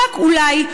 רק אולי,